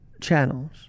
channels